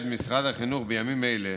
בימים אלה